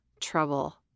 trouble